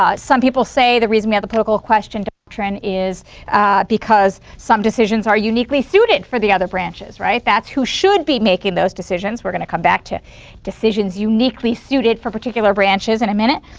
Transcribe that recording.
ah some people say the reason we have the political question doctrine is because some decisions are uniquely suited for the other branches, right? that's who should be making those decisions. we're going to come back to decisions uniquely suited for particular branches in a minute.